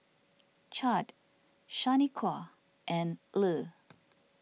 Chadd Shaniqua and Le